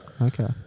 Okay